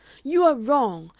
you are wrong!